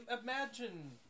Imagine